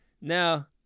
Now